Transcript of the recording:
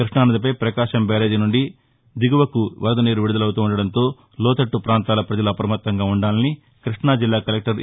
కృష్ణానదిపై Prakasam barrage నుండి దిగువకు వరద నీరు విడుదల అవుతుండటంతో లోతట్ట ప్రాంతాల ప్రజలు అప్రమత్తంగా ఉండాలని కృష్ణా జిల్లా కలెక్టర్ ఏ